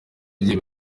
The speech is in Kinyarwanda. ugiye